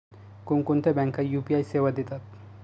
कोणकोणत्या बँका यू.पी.आय सेवा देतात?